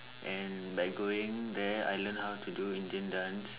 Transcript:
and like going there I learn how do Indian dance